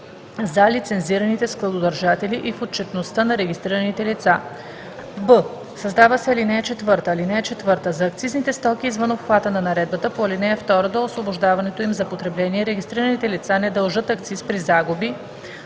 „за лицензираните складодържатели и в отчетността на регистрираните лица“; б) създава се ал. 4: „(4) За акцизните стоки извън обхвата на наредбата по ал. 2 до освобождаването им за потребление регистрираните лица не дължат акциз при загуби